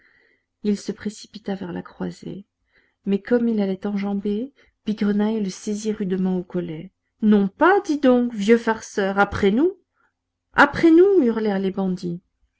il se précipita vers la croisée mais comme il allait enjamber bigrenaille le saisit rudement au collet non pas dis donc vieux farceur après nous après nous hurlèrent les bandits